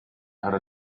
how